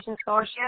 Scholarship